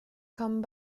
kommen